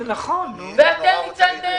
ואתם פיצלתם,